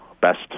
best